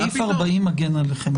שירלי, סעיף 40 מגן עליכם.